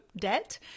debt